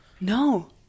No